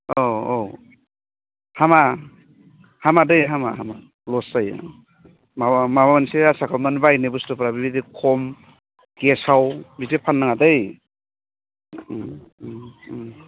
औ औ हामा हामादै हामा हामा लस जायो माबा माबा मोनसे आसा खालामनानै बायनाय बुस्थुफ्रा बेबायदि खम गेसाव बिदि फाननाङा दै